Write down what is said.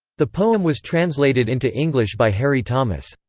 the poem was translated into english by harry thomas.